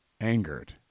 angered